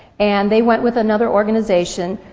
and they went with another organization,